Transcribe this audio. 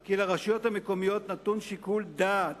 כי לרשויות המקומיות נתון שיקול דעת